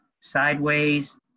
sideways